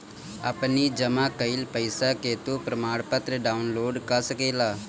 अपनी जमा कईल पईसा के तू प्रमाणपत्र डाउनलोड कअ सकेला